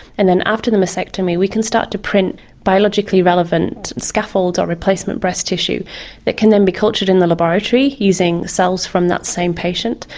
and then after the mastectomy we can start to print biologically relevant scaffolds or replacement breast tissue that can then be cultured in the laboratory using cells from that same patient,